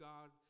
God